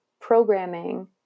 programming